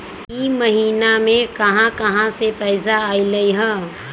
इह महिनमा मे कहा कहा से पैसा आईल ह?